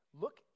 Look